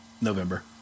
November